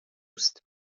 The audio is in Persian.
است